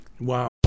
Wow